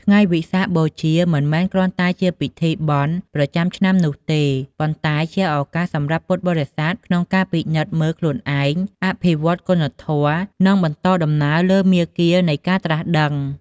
ថ្ងៃវិសាខបូជា មិនមែនគ្រាន់តែជាពិធីបុណ្យប្រចាំឆ្នាំនោះទេ ប៉ុន្តែជាឱកាសសម្រាប់ពុទ្ធបរិស័ទក្នុងការពិនិត្យមើលខ្លួនឯង អភិវឌ្ឍគុណធម៌ និងបន្តដំណើរលើមាគ៌ានៃការត្រាស់ដឹង។